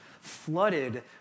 flooded